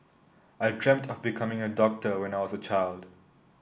I dreamt of becoming a doctor when I was a child